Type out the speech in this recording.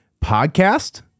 podcast